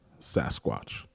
Sasquatch